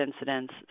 incidents